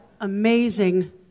amazing